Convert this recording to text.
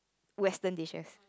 Western dishes